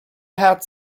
had